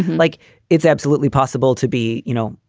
like it's absolutely possible to be, you know,